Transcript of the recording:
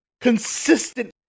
consistent